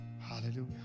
hallelujah